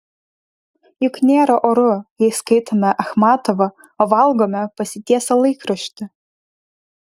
juk nėra oru jei skaitome achmatovą o valgome pasitiesę laikraštį